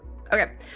Okay